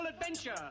adventure